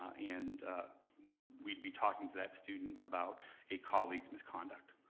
and we'd be talking to that student about a colleague's misconduct,